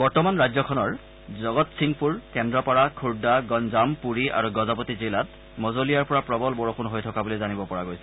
বৰ্তমান ৰাজ্যখনৰ জগতছিংপুৰ কেন্দ্ৰপাৰা খুৰ্দা গঞ্জাম পুৰী আৰু গজপতি জিলাত মজলীয়াৰ পৰা প্ৰবল বৰষুণ হৈ থকা বুলি জানিব পৰা গৈছে